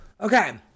okay